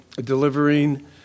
delivering